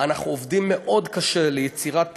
אנחנו עובדים מאוד קשה ליצירת